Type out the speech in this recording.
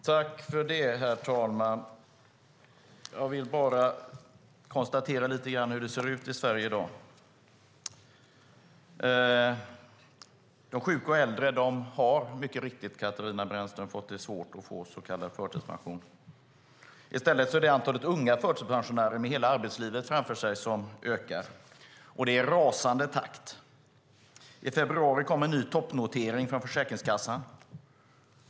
Herr talman! Jag ska lite grann konstatera hur det ser ut i Sverige i dag. Det är mycket riktigt så, Katarina Brännström, att det har blivit svårt för sjuka och äldre att få så kallad förtidspension. I stället är det antalet unga förtidspensionärer, med hela arbetslivet framför sig, som ökar. Och det sker i rasande takt. I februari kom en ny toppnotering från Försäkringskassan.